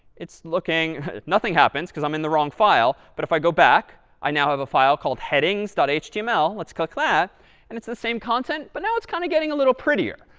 it's looking nothing happens because i'm in the wrong file, but if i go back, i now have a file called headings but html. let's click that. and it's the same content, but now, it's kind of getting a little prettier,